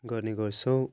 गर्ने गर्छौँ